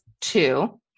two